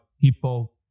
people